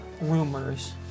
rumors